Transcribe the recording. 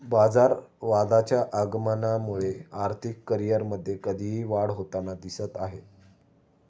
बाजारवादाच्या आगमनामुळे आर्थिक करिअरमध्ये कधीही वाढ होताना दिसत आहे